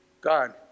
God